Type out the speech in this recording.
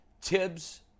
Tibbs